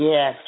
Yes